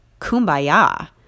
Kumbaya